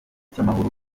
cy’amahoro